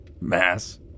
mass